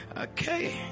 Okay